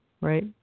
right